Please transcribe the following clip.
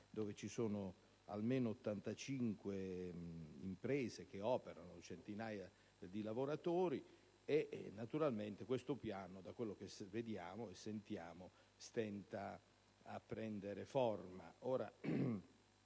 dove operano almeno 85 imprese e centinaia di lavoratori mentre questo piano, da quel che vediamo e sentiamo, stenta a prendere forma.